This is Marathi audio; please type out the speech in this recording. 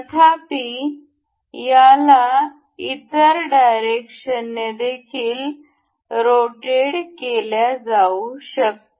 तथापि याला इतर डायरेक्शनमध्ये देखील रोटेट केल्या जाऊ शकते